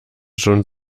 schon